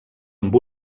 amb